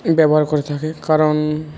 ব্যবহার করে থাকে কারণ